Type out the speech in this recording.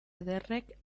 ederrek